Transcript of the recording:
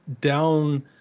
down